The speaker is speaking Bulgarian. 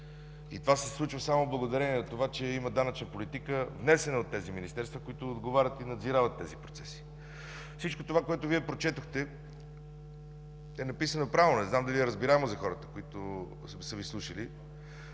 което се случва само благодарение на това, че има данъчна политика, внесена от тези министерства, които отговарят и надзирават тези процеси. Всичко това, което прочетохте, е написано правилно – не знам дали е разбираемо за хората, които са Ви слушали,